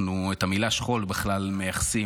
את המילה "שכול" אנחנו מייחסים,